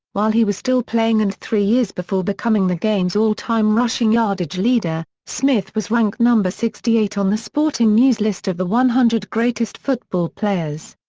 while he was still playing and three years before becoming the game's all-time rushing yardage leader, smith was ranked no. sixty eight on the sporting news' list of the one hundred greatest football players.